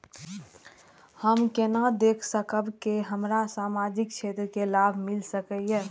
हम केना देख सकब के हमरा सामाजिक क्षेत्र के लाभ मिल सकैये?